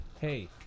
Hey